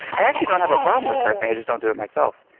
i actually don't have a problem with cursing i just don't do it myself.